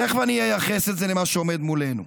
תכף אני אייחס את זה למה שעומד מולנו.